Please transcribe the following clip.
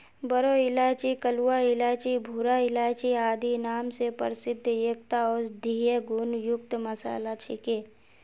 बोरो इलायची कलवा इलायची भूरा इलायची आदि नाम स प्रसिद्ध एकता औषधीय गुण युक्त मसाला छिके